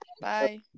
Bye